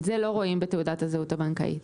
את זה לא רואים בתעודת הזהות הבנקאית.